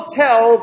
tell